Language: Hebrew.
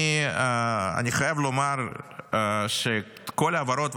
אני חייב לומר שכל ההעברות,